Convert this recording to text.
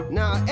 now